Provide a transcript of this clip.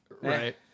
right